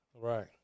Right